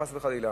חס וחלילה.